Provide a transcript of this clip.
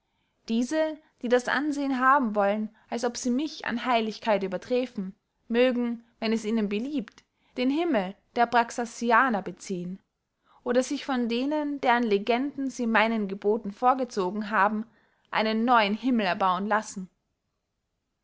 diese die das ansehen haben wollen als ob sie mich an heiligkeit überträfen mögen wenn es ihnen beliebt den himmel der abraxasianer beziehen oder sich von denen deren legenden sie meinen geboten vorgezogen haben einen neuen himmel erbauen lassen